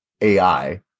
AI